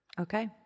Okay